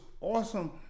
awesome